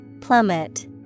Plummet